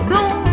Dont